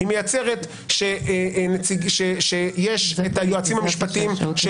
היא מייצרת שיש היועצים המשפטיים של